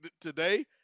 today